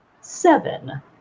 Seven